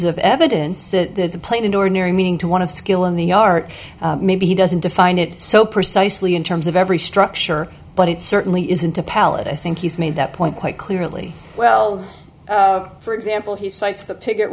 of evidence that the plane an ordinary meaning to one of skill in the art maybe he doesn't define it so precisely in terms of every structure but it certainly isn't a palette i think he's made that point quite clearly well for example he cites the picket